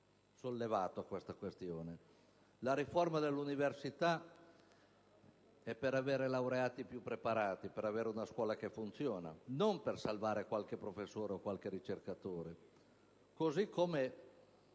La riforma dell'università è per avere laureati più preparati, per avere una scuola che funzioni, non per salvare qualche professore o ricercatore.